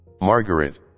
Margaret